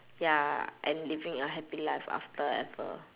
ya and living a happy life after ever